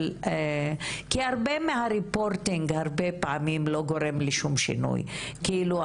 אנשים שיושבים ומסתכלים על התלונות שמגיעות,